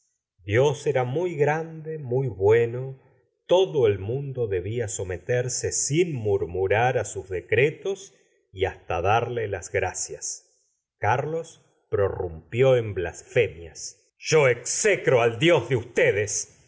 era muy grande muy bueno todo el mundo debía someterse sin murninrar á sus decretos y hasta darle las gracias carlos prorrumpió en blasfemias yo execro al dios de ustedes